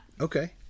Okay